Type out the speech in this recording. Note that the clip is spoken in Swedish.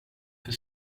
för